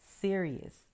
serious